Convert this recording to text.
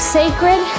sacred